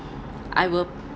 I will